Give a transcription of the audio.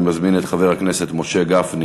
אני מזמין את חבר הכנסת משה גפני